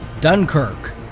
Dunkirk